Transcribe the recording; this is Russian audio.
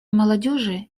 молодежи